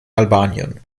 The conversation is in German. albanien